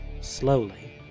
Slowly